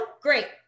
Great